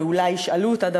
ואולי ישאלו אותה,